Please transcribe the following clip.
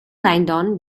langdon